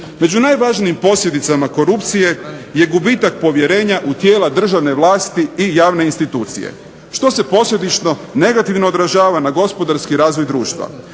Među najvažnijim posljedicama korupcije je gubitak povjerenja u tijela državne vlasti i javne institucije što se posljedično negativno odražava na gospodarski razvoj društva.